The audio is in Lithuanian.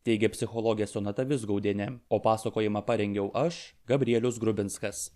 teigė psichologė sonata vizgaudienė o pasakojimą parengiau aš gabrielius grubinskas